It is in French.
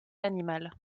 animale